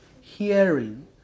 hearing